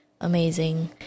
amazing